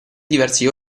diversi